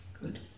good